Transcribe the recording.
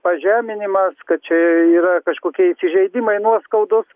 pažeminimas kad čia yra kažkokie įsižeidimai nuoskaudos